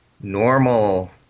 normal